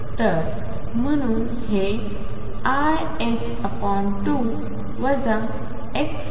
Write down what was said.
तर म्हणून हेiℏ2 ⟨x⟩⟨p⟩